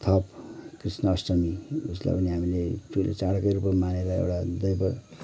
थप कृष्णअष्टमी उसलाई पनि हामीले ठुलो चाडकै रूपमा मानेर एउटा